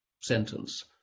sentence